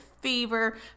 fever